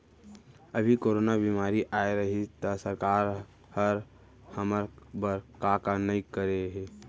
अभी कोरोना बेमारी अए रहिस त सरकार हर हमर बर का का नइ करे हे